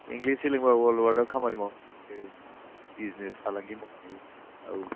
English सोलोंबाबो अल वार्लडआव खामानि मावनो हायो बिजिनेस फालांगि मावनो हायो औ